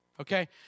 okay